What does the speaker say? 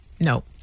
No